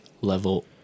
level